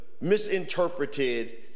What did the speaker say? misinterpreted